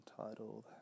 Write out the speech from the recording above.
entitled